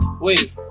Wait